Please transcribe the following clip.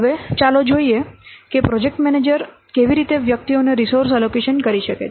હવે ચાલો જોઈએ કે પ્રોજેક્ટ મેનેજર કેવી રીતે વ્યક્તિઓને રિસોર્સ એલોકેશન કરી શકે છે